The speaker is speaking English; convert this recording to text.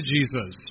Jesus